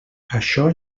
això